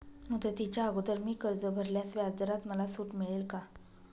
मुदतीच्या अगोदर मी कर्ज भरल्यास व्याजदरात मला सूट मिळेल का?